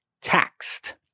taxed